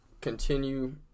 continue